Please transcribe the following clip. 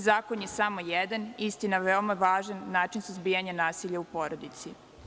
Zakon je samo jedan, istina veoma način suzbijanja nasilja u porodici.